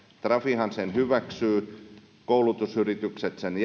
trafihan sen hyväksyy koulutusyritykset sen